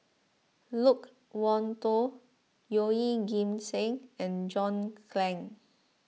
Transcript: Loke Wan Tho Yeoh Ghim Seng and John Clang